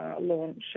launch